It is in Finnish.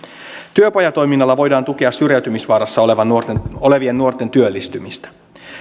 työpajatoiminnalla voidaan tukea syrjäytymisvaarassa olevien nuorten olevien nuorten työllistymistä